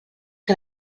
que